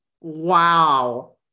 Wow